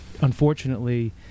unfortunately